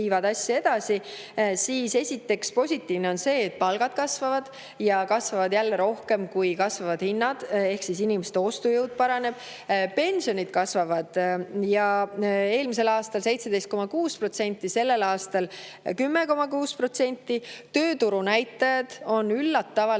edasi. Esiteks, positiivne on see, et palgad kasvavad ja kasvavad jälle rohkem, kui kasvavad hinnad, ehk inimeste ostujõud paraneb. Pensionid kasvavad: eelmisel aastal 17,6%, sellel aastal 10,6%. Tööturu näitajad on üllatavalt